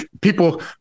people